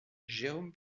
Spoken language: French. jérôme